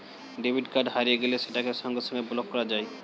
debit card হারিয়ে গেলে সেটাকে সঙ্গে সঙ্গে ব্লক করা যায়